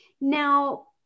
Now